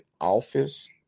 office